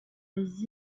les